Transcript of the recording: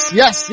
yes